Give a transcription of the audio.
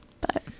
but-